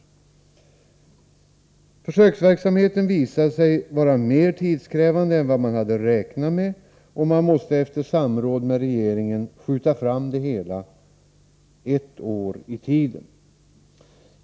Försöksverksamheten visade sig vara mer tidskrävande än vad man hade räknat med, och man måste efter samråd med regeringen skjuta fram det hela ett år i tiden.